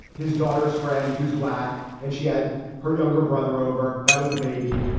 his daughter's friend, who's black, and she had her younger brother over. that was the baby.